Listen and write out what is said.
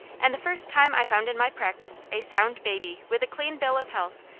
and the first time i found in my practice a sound baby with a clean bill of health,